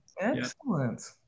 Excellent